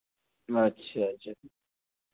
अच्छा अच्छा